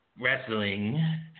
Wrestling